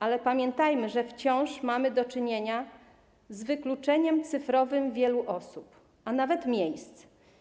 Ale pamiętajmy, że wciąż mamy do czynienia z wykluczeniem cyfrowym wielu osób, a nawet miejsc.